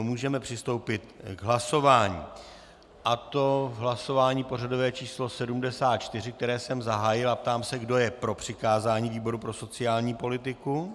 Můžeme přistoupit k hlasování, a to k hlasování pořadové číslo 74, které jsem zahájil, a ptám se, kdo je pro přikázání výboru pro sociální politiku.